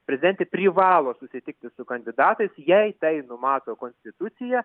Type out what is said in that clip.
prezidentė privalo susitikti su kandidatais jei tai numato konstitucija